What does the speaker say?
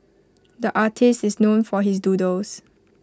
the artist is known for his doodles